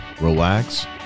relax